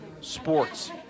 sports